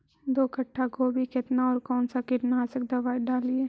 दो कट्ठा गोभी केतना और कौन सा कीटनाशक दवाई डालिए?